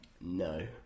No